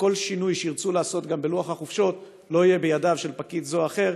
וכל שינוי שירצו לעשות בלוח החופשות לא יהיה בידיו של פקיד זה או אחר,